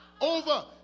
Over